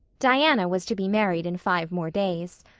diana was to be married in five more days.